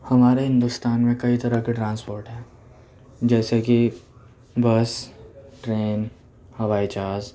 ہمارے ہندوستان میں کئی طرح کے ٹرانسپورٹ ہیں جیسے کہ بس ٹرین ہوائی جہاز